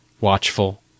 watchful